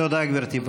תודה, גברתי.